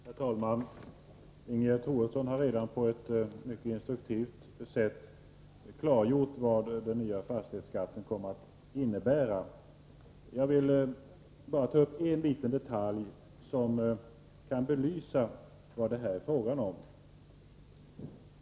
Herr talman! Ingegerd Troedsson har redan på ett mycket instruktivt sätt klargjort vad den nya fastighetsskatten kommer att innebära. Jag vill bara ta upp en liten detalj som kan belysa vad det här är fråga om.